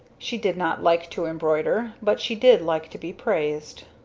she did not like to embroider, but she did like to be praised.